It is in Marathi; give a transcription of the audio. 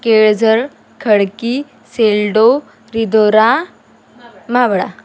केळझर खडकी सेल्डो रिदोरा मावडा